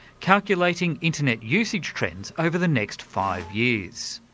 calculating internet usage trends over the next five years.